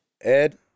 Ed